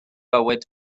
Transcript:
bywyd